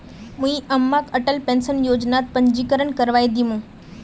मुई अम्माक अटल पेंशन योजनात पंजीकरण करवइ दिमु